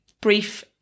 brief